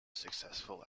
successful